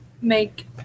make